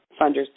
funders